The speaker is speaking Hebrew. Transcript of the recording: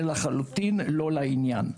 זה לחלוטין לא לעניין.